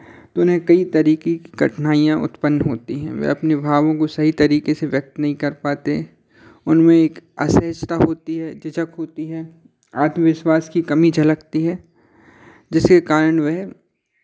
तो उन्हें कई तरीके की कठिनाइयाँ उत्पन्न होती हैं वे अपनी भावों को सही तरीके से व्यक्त नहीं कर पाते उनमें एक असहजता होती है झिझक होती है आत्मविश्वास की कमी झलकती है जिसके कारण वह